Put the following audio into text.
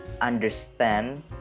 understand